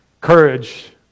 Courage